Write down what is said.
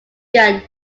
gun